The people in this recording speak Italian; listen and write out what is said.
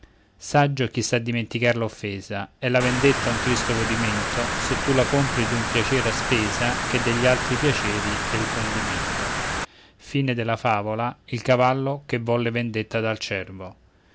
saggio chi sa dimenticar l'offesa è la vendetta un tristo godimento se tu la compri d'un piacere a spesa che degli altri piaceri è il condimento a